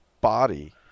body